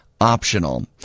optional